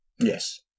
Yes